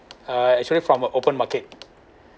uh actually from a open market